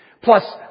plus